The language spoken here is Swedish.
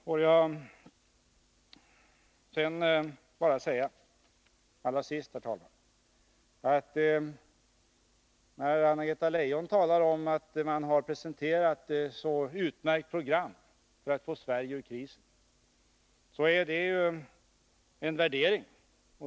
Låt mig till sist, herr talman, bara säga följande. När Anna-Greta Leijon talar om att socialdemokraterna har presenterat ett så utmärkt program för att föra Sverige ur krisen, så är det hennes värdering.